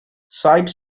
side